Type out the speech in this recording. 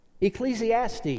Ecclesiastes